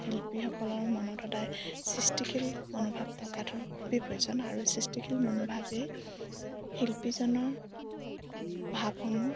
শিল্পীসকলৰ মনত সদায় সৃষ্টিশীল মনোভাৱ থকাটো খুবেই প্ৰয়োজন আৰু সৃষ্টিশীল মনোভাৱেই শিল্পীজনৰ ভাৱসমূহ